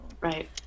Right